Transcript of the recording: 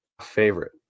favorite